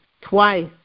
twice